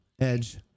Edge